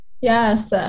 yes